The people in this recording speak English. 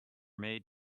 made